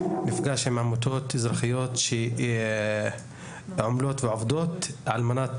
נפגש עם עמותות אזרחיות שעומלות ועובדות על מנת